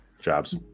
jobs